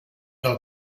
del